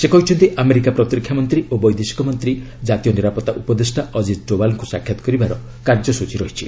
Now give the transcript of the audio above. ସେ କହିଛନ୍ତି ଆମେରିକା ପ୍ରତିରକ୍ଷା ମନ୍ତ୍ରୀ ଓ ବୈଦେଶିକ ମନ୍ତ୍ରୀ କାତୀୟ ନିରାପତ୍ତା ଉପଦେଷ୍ଟା ଅଜିତ୍ ଡୋଭାଲ୍ଙ୍କୁ ସାକ୍ଷାତ୍ କରିବାର କାର୍ଯ୍ୟସୂଚୀ ରହିଛି